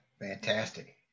fantastic